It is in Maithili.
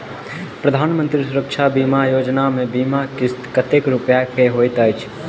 प्रधानमंत्री सुरक्षा बीमा योजना मे बीमा किस्त कतेक रूपया केँ होइत अछि?